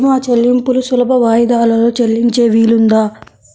భీమా చెల్లింపులు సులభ వాయిదాలలో చెల్లించే వీలుందా?